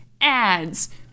ads